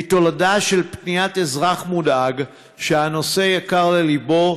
היא תולדה של פניית אזרח מודאג שהנושא יקר ללבו,